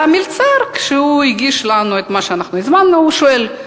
והמלצר, כשהגיש לנו את מה שהזמנו שאל: